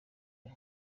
aya